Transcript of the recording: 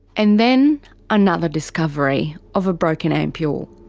and then another discovery of a broken ampule,